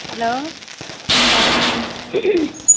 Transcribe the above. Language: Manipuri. ꯍꯜꯂꯣ ꯑꯣ